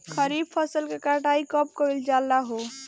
खरिफ फासल के कटाई कब कइल जाला हो?